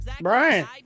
Brian